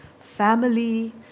family